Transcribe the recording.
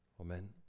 Amen